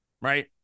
right